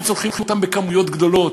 הם צורכים אותם בכמויות גדולות,